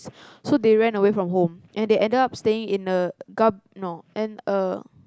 so they ran away from home and they ended up staying in a garb~ no in a